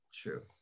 True